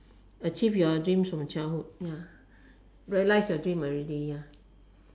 achieved your dreams from childhood ya realise your dream already ya